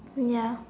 ya